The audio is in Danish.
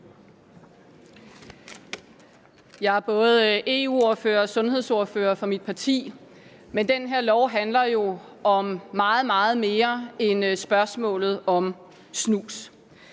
Jeg er både EU-ordfører og sundhedsordfører for mit parti, men det her lovforslag handler jo om meget, meget mere end spørgsmålet om snus.